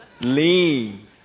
lean